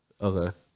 Okay